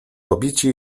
pobici